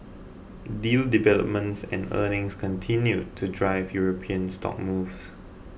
deal developments and earnings continued to drive European stock moves